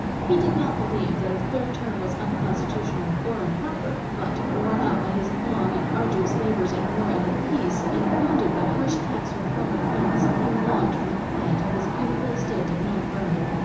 he did not believe that a third term was unconstitutional or improper but, worn out by his long and arduous labors in war and in peace and wounded by harsh attacks from former friends, he longed for the quiet of his beautiful estate at mount vernon.